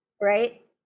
right